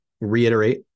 reiterate